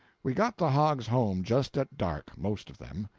we got the hogs home just at dark most of them.